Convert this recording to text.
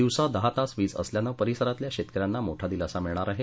दिवसा दहा तास वीज असल्याने परिसरातील शेतक यांना मोठा दिलासा मिळणार आहे